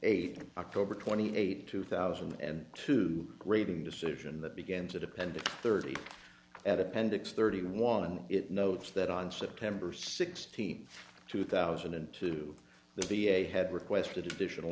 eight october twenty eighth two thousand and two grading decision that began to depend thirty at appendix thirty one and it notes that on september sixteenth two thousand and two the v a had requested additional